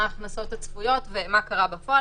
מה ההכנסות הצפויות ומה קרה בפועל,